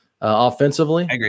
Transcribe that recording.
offensively